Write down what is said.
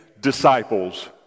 disciples